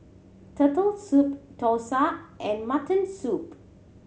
Turtle Soup dosa and mutton soup